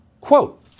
Quote